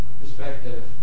perspective